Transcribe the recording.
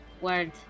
word